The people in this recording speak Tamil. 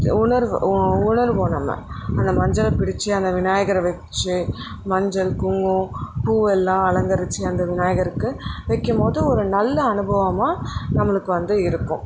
உணர்வு உணர்வோம் நம்ம அந்த மஞ்சள பிடித்து அந்த விநாயகரை வச்சி மஞ்சள் குங்குமம் பூவெல்லாம் அலங்கரித்து அந்த விநாயகருக்கு வைக்கும்போது ஒரு நல்ல அனுபவமாக நம்மளுக்கு வந்து இருக்கும்